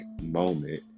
moment